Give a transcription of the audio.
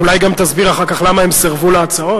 אולי גם תסביר אחר כך למה הם סירבו להצעות.